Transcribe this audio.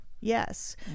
Yes